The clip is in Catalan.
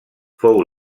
fou